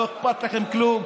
לא אכפת לכם כלום.